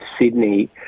Sydney